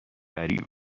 سریع